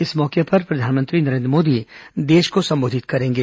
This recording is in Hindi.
इस मौके पर प्रधानमंत्री नरेन्द्र मोदी देश को संबोधित करेंगे